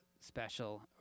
special